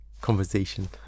conversation